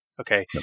Okay